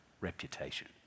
reputation